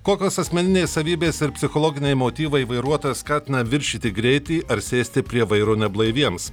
kokios asmeninės savybės ir psichologiniai motyvai vairuotoją skatina viršyti greitį ar sėsti prie vairo neblaiviems